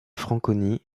franconie